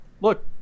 look